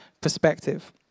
perspective